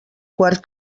quart